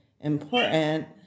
important